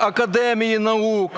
Академії наук,